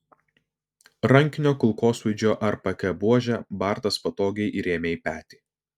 rankinio kulkosvaidžio rpk buožę bartas patogiai įrėmė į petį